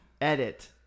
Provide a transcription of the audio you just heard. Edit